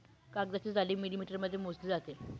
कागदाची जाडी मिलिमीटरमध्ये मोजली जाते